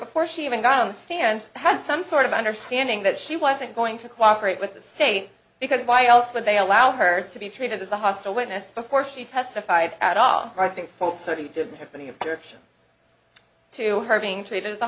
before she even got on the stand had some sort of understanding that she wasn't going to cooperate with the state because why else would they allow her to be treated as a hostile witness before she testified at all i think folks so he didn't have any of her to her being treated as